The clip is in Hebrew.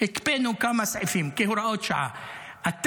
הקפאנו כמה סעיפים כהוראות שעה,